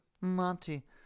Monty